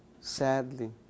sadly